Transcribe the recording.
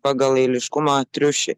pagal eiliškumą triušiai